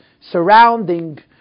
surrounding